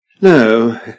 No